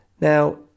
now